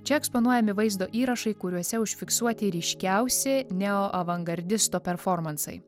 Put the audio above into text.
čia eksponuojami vaizdo įrašai kuriuose užfiksuoti ryškiausi neoavangardisto performansai